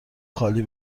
خالی